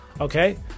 okay